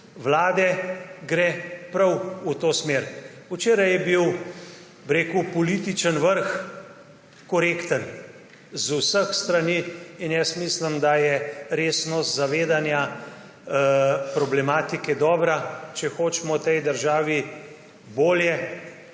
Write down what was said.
vlade gre prav v to smer. Včeraj je bil političen vrh korekten z vseh strani. Jaz mislim, da je resnost zavedanja problematike dobra. Če hočemo tej državi bolje